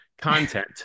content